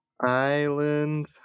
island